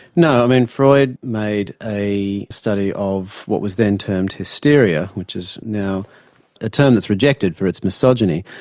no, i mean freud made a study of what was then termed hysteria which is now a term that's rejected for its misogyny,